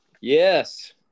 Yes